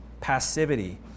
passivity